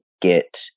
get